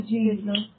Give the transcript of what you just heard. Jesus